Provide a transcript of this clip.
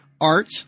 Art